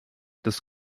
des